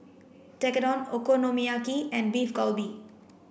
Tekkadon Okonomiyaki and Beef Galbi